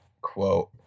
quote